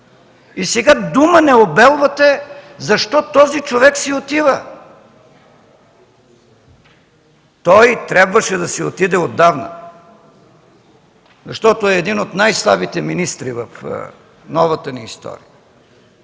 И сега дума не обелвате защо този човек си отива. Той трябваше да си отиде отдавна, защото е един от най-слабите министри в новата ни история.